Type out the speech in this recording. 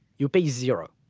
you pay zero.